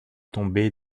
tombée